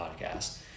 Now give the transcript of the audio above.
Podcast